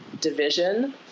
division